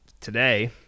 today